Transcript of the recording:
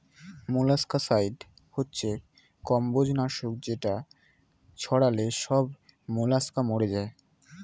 molluscicide হচ্ছে কম্বোজ নাশক যেটা ছড়ালে সব মোলাস্কা মরে যায়